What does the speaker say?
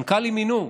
מנכ"לים מינו.